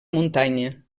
muntanya